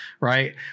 right